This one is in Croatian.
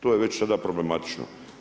To je već sada problematično.